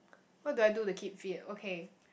what do I do to keep fit okay